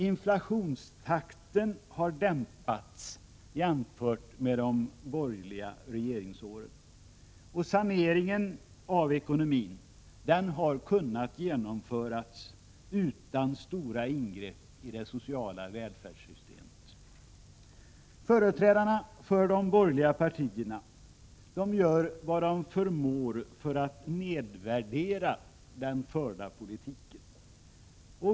Inflationstakten har dämpats jämfört med de borgerliga regeringsåren, och saneringen av ekonomin har kunnat genomföras utan stora ingrepp i det sociala välfärdssystemet. Företrädarna för de borgerliga partierna gör vad de förmår för att nedvärdera den förda politiken.